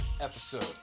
episode